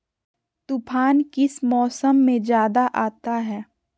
तूफ़ान किस मौसम में ज्यादा आता है?